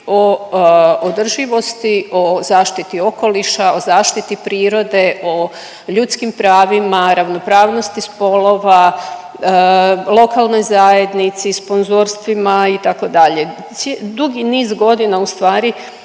o održivosti, o zaštiti okoliša, o zaštiti prirode, o ljudskim pravima, ravnopravnosti spolova, lokalnoj zajednici, sponzorstvima itd., dugi niz godina ustvari